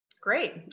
Great